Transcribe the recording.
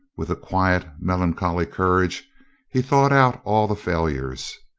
with a quiet, melancholy courage he thought out all the failures.